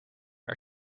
are